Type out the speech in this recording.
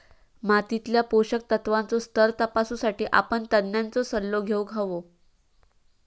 मातीतल्या पोषक तत्त्वांचो स्तर तपासुसाठी आपण तज्ञांचो सल्लो घेउक हवो